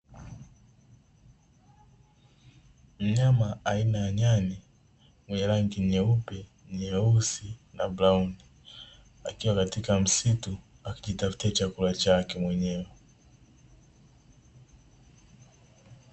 Mnyama aina ya nyani mwenye rangi nyeupe, nyeusi na brauni akiwa katika msitu akijitafutia chakula chake mwenyewe .